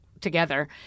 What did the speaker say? together